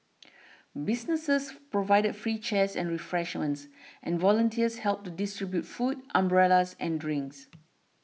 businesses provided free chairs and refreshments and volunteers helped to distribute food umbrellas and drinks